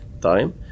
time